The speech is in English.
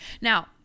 now